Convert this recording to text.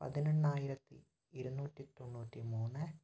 പതിനെണ്ണായിരത്തി ഇരുന്നൂറ്റിത്തൊണ്ണൂറ്റി മൂന്ന്